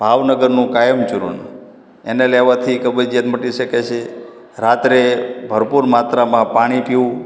ભાવનગરનું કાયમચૂર્ણ એને લેવાથી કબજીયાત મટી શકે છે રાત્રે ભરપૂર માત્રામાં પાણી પીવું